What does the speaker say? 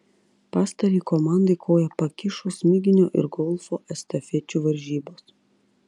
pastarajai komandai koją pakišo smiginio ir golfo estafečių varžybos